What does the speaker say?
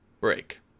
break